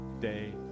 day